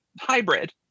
hybrid